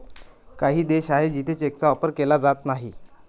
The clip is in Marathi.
काही देश आहे जिथे चेकचा वापर केला जात नाही